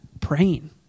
praying